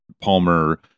Palmer